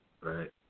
right